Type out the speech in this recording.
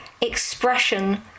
expression